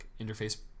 interface